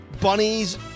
bunnies